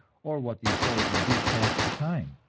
or what these souls would do to pass the time.